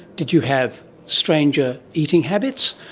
did you have strange ah eating habits?